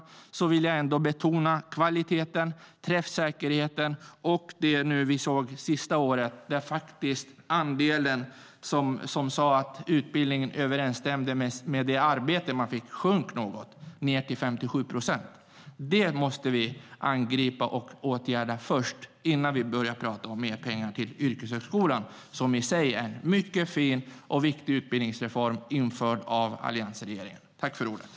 Jag vill då betona kvaliteten och träffsäkerheten. Det senaste året sjönk andelen som sa att utbildningen överensstämde med det arbete de fick ned till 57 procent. Det måste vi angripa och åtgärda innan vi börjar prata om mer pengar till yrkeshögskolan, som i sig är en mycket fin och viktig utbildningsreform införd av alliansregeringen.